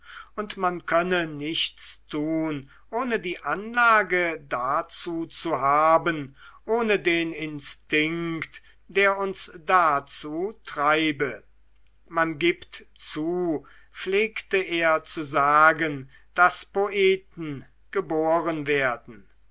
und man könne nichts tun ohne die anlage dazu zu haben ohne den instinkt der uns dazu treibe man gibt zu pflegte er zu sagen daß poeten geboren werden